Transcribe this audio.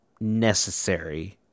necessary